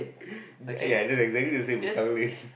ya that's exactly the same as Tanglin